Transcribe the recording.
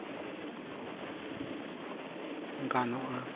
ᱜᱟᱱᱚᱜᱼᱟ